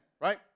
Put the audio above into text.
right